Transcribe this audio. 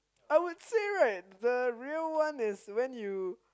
I would say right the real one is when you